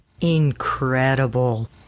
Incredible